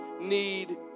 need